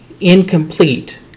Incomplete